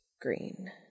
Green